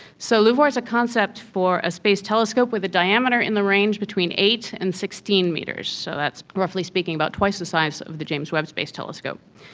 so luvoir is a concept for a space telescope with a diameter in the range between eight and sixteen metres, so that's roughly speaking about twice the size of the james webb space telescope.